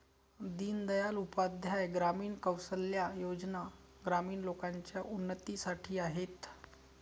दीन दयाल उपाध्याय ग्रामीण कौशल्या योजना ग्रामीण लोकांच्या उन्नतीसाठी आहेत